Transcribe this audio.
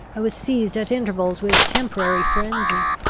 i was seized at intervals with temporary frenzy.